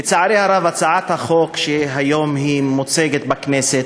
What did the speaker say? לצערי הרב, הצעת החוק שהיום מוצגת בכנסת